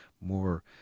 more